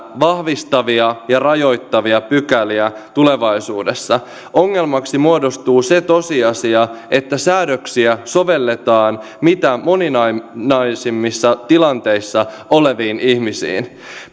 vahvistavia ja rajoittavia pykäliä tulevaisuudessa ongelmaksi muodostuu se tosiasia että säädöksiä sovelletaan mitä moninaisimmissa tilanteissa oleviin ihmisiin